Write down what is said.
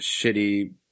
shitty